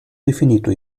definito